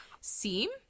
seem